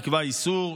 נקבע איסור,